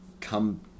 come